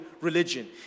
religion